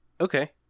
Okay